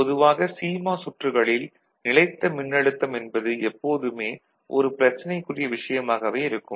பொதுவாக சிமாஸ் சுற்றுகளில் நிலைத்த மின்னழுத்தம் என்பது எப்போதுமே ஒரு பிரச்சனைக்குரிய விஷயமாகவே இருக்கும்